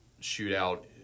shootout